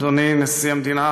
אדוני נשיא המדינה